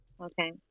Okay